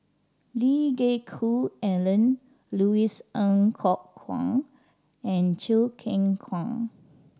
Lee Geck Hoon Ellen Louis Ng Kok Kwang and Choo Keng Kwang